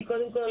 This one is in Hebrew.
קודם כול,